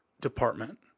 department